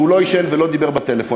שהוא לא עישן בו ולא דיבר בטלפון,